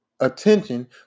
attention